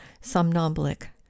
somnambulic